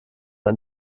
ein